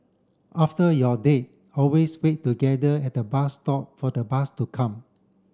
after your date always wait together at the bus stop for the bus to come